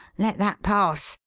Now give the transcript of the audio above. let that pass,